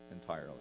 entirely